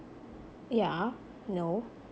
yeah no